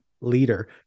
leader